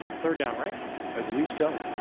third down right i believe so